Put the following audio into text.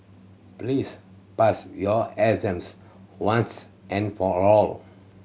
please pass your exams once and for all